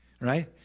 right